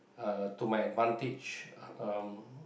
uh to my advantage uh um